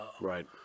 Right